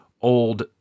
old